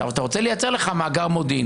אתה רוצה לייצר לך מאגר מודיעין.